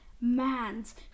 man's